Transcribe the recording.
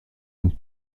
und